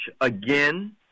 again